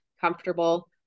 comfortable